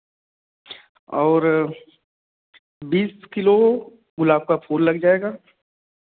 और बीस किलो गुलाब का फूल लग जाएगा